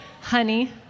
Honey